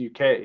UK